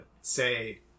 say